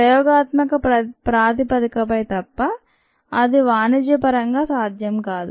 ప్రయోగాత్మక ప్రాతిపదికపై తప్ప అది వాణిజ్యపరంగా సాధ్యం కాదు